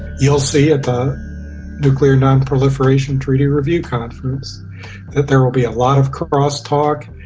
you'll see at the nuclear non-proliferation treaty review conference that there will be a lot of cross-talk,